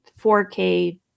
4k